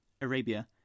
Arabia